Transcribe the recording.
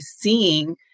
seeing